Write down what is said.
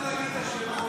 אתה לא צריך להגיד את השמות,